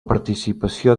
participació